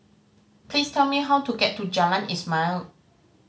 please tell me how to get to Jalan Ismail